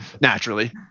naturally